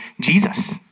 Jesus